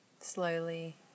slowly